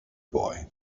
boy